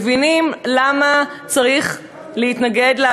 מבינים למה צריך להתנגד לתקציב,